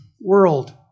world